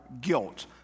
guilt